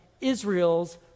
Israel's